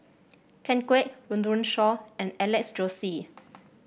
Ken Kwek Run Run Shaw and Alex Josey